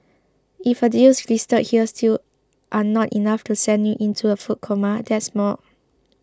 if the deals listed here still are not enough to send you into a food coma there's more